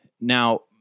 Now